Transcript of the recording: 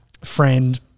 friend